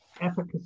efficacy